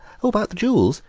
about the jewels?